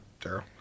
Daryl